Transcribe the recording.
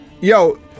Yo